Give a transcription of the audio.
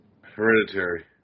Hereditary